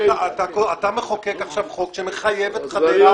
אבל אתה מחוקק עכשיו חוק שמחייב את חדרה כמו אל-זרקא.